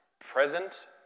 Present